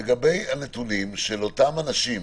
הנתונים של אותם אנשים